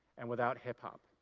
and without hip-hop.